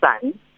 son